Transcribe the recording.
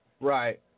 Right